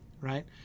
right